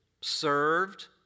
served